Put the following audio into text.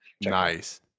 Nice